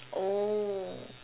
oh